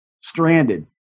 stranded